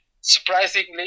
surprisingly